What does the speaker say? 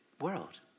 world